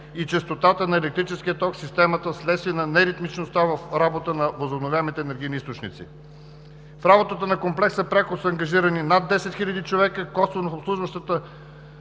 и честотата на електрическия ток в система, в следствие на неритмичността в работата на възобновяемите енергийни източници. В работата на Комплекса пряко са ангажирани над 10 хиляди човека. Обслужващите